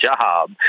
job